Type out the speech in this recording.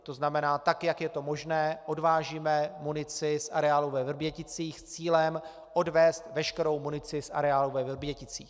To znamená, tak jak je to možné, odvážíme munici z areálu ve Vrběticích s cílem odvézt veškerou munici z areálu ve Vrběticích.